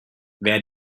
wer